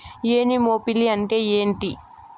Anemophily అంటే ఏంటి?